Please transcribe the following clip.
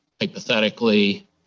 hypothetically